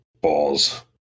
balls